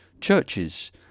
churches